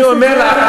אני אומר לך,